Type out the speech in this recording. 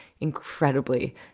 incredibly